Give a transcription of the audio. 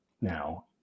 now